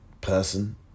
person